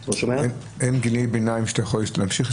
אין גילי ביניים שאתה יכול להשתמש?